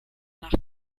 nach